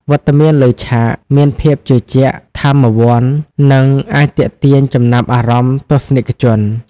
វត្តមានលើឆាក មានភាពជឿជាក់ ថាមវន្ត និងអាចទាក់ទាញចំណាប់អារម្មណ៍ទស្សនិកជន។